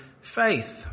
faith